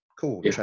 cool